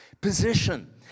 Position